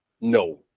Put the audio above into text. No